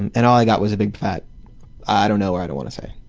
and and all i got was a big fat i don't know, i don't want to say.